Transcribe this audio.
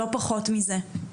לא פחות מזה.